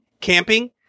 camping